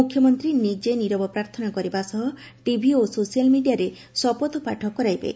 ମୁଖ୍ୟମନ୍ତୀ ନିଜେ ନୀରବ ପ୍ରାର୍ଥନା କରିବା ସହ ଟିଭି ଓ ସୋସିଆଲ ମିଡ଼ିଆରେ ଶପଥପାଠ କରାଇବେ